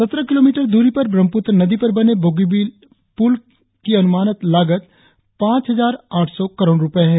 सत्रह किलोमीटर दूरी पर ब्रह्मपुत्र नदी पर बने बोगीबील पुल की अनुमानित लागत पाच हजार आठ सौ करोड़ रुपये है